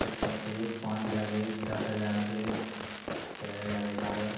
एक सौ एक पाँच हज़ार एक दस हज़ार एक चार हज़ार ग्यारह